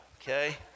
okay